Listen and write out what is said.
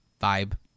vibe